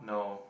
no